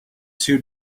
too